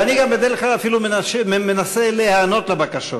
ואני בדרך כלל אפילו מנסה להיענות לבקשות,